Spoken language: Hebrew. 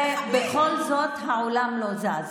ובכל זאת העולם לא זז.